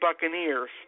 Buccaneers